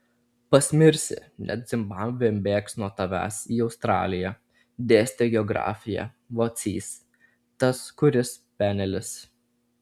pasmirsi net zimbabvė bėgs nuo tavęs į australiją dėstė geografiją vacys tas kuris penelis